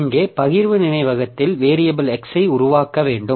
இங்கே பகிர்வு நினைவகத்தில் வேரியபில் x ஐ உருவாக்க வேண்டும்